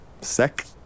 Sec